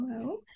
Hello